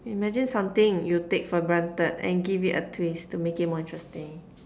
imagine something you take for granted and give it a twist to make it more interesting